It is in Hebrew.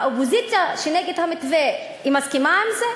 האופוזיציה שנגד המתווה, היא מסכימה עם זה?